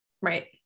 Right